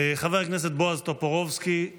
חבר הכנסת בועז טופורובסקי,